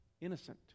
innocent